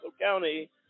County